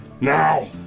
Now